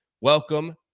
welcome